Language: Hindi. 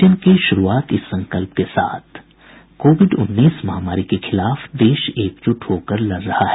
बुलेटिन की शुरूआत इस संकल्प के साथ कोविड उन्नीस महामारी के खिलाफ देश एकजुट होकर लड़ रहा है